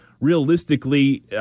realistically